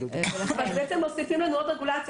אז בעצם מוסיפים לנו עוד רגולציה.